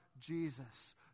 Jesus